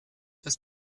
das